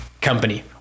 company